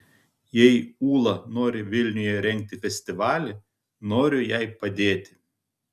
jei ūla nori vilniuje rengti festivalį noriu jai padėti